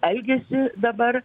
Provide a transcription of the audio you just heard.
elgesį dabar